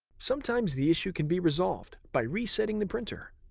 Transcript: sometimes the issue can be resolved by resetting the printer.